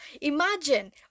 imagine